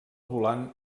volant